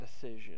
decision